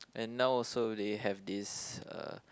and now also they have this uh